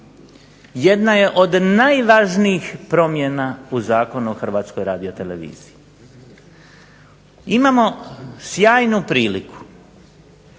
jedna je od najvažnijih promjena u Zakonu o Hrvatskoj radioteleviziji. Imamo sjajnu priliku